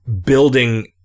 building